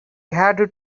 had